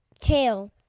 tail